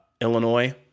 Illinois